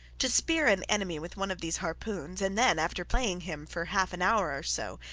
to spear an enemy with one of these harpoons, and then, after playing him for half an hour or so,